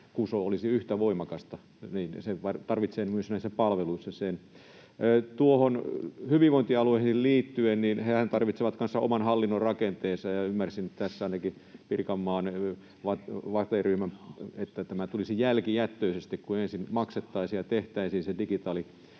kuso olisi yhtä voimakasta, niin että se tarvitsee myös näissä palveluissa sen. Hyvinvointialueisiin liittyen: Hehän tarvitsevat kanssa oman hallinnonrakenteensa. Ja ymmärsin tässä ainakin Pirkanmaan VATE-ryhmältä, että tämä tulisi jälkijättöisesti. Eli kun ensin maksettaisiin ja tehtäisiin se digitaaliympäristö